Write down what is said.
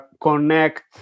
connect